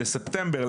לספטמבר,